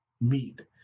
meet